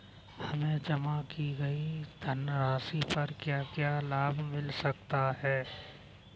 हमें जमा की गई धनराशि पर क्या क्या लाभ मिल सकता है?